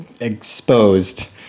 exposed